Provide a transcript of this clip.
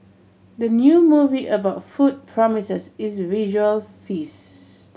the new movie about food promises is a visual feast